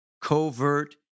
covert